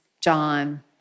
John